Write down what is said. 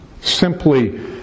simply